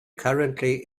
currently